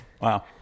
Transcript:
Wow